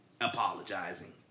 apologizing